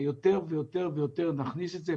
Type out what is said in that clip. יותר ויותר נכניס את זה.